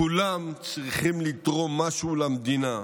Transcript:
כולם צריכים לתרום משהו למדינה,